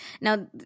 Now